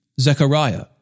Zechariah